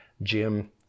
Jim